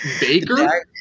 Baker